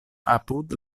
apud